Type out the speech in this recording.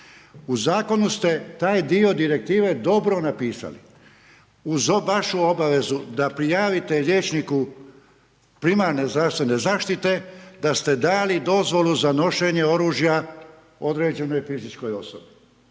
U zakonu ste taj dio direktive dobro napisali, uz vašu obavezu da prijavite liječniku primarne zdravstvene zaštite da ste dali dozvolu za nošenje oružja određenoj fizičkoj osobi.